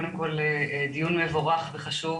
קודם כל דיון מבורך וחשוב,